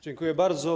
Dziękuję bardzo.